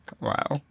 wow